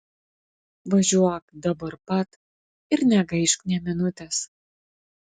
važiuok dabar pat ir negaišk nė minutės